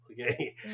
okay